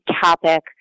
topic